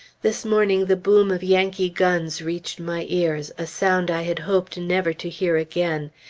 this morning the boom of yankee guns reached my ears a sound i had hoped never to hear again.